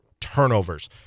turnovers